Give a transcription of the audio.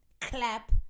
clap